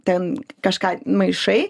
ten kažką maišai